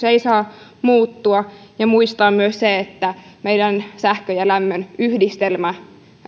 ei saa muuttua ja muistaa myös se että meidän sähkön ja lämmön yhdistelmä